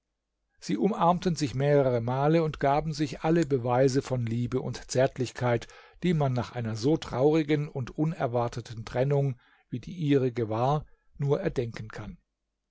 sie umarmten sich mehrere male und gaben sich alle beweise von liebe und zärtlichkeit die man nach einer so traurigen und unerwarteten trennung wie die ihrige war nur erdenken kann